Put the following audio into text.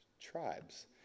tribes